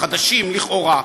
החדשים לכאורה,